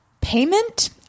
payment